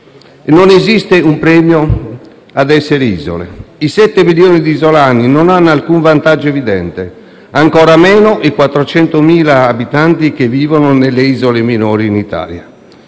Non esiste un premio a essere isole. I 7 milioni di isolani non hanno alcun vantaggio evidente, ancor meno i 400.000 abitanti che vivono nelle isole minori in Italia.